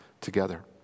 together